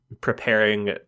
preparing